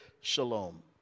shalom